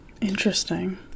interesting